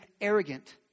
arrogant